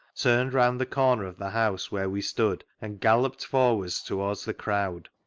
turned round the comer of the house where we stood and galloped forwards towards the crowd.